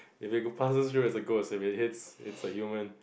if it passes through it's a ghost if it hits it's a human